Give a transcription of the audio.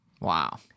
Wow